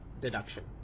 deduction